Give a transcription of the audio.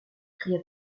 cria